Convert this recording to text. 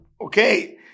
Okay